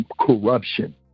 corruption